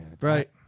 Right